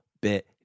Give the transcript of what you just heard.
bit